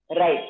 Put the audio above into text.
Right